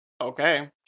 Okay